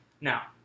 Now